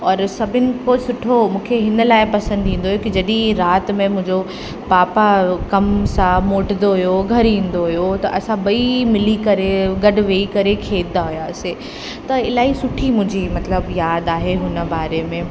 और सभिनि खो सुठो मूंखे हिन लाइ पसंदि ईंदो हुयो की जॾहिं राति में मुंहिंजो पापा कम सां मोटिंदो हुयो घर ईंदो हुयो त असां ॿई मिली करे गॾु वेई करे खेॾदा हुआसीं त इलाही सुठी मुंहिंजी मतिलब यादि आहे हुन बारे में